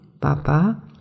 papa